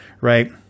Right